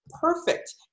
Perfect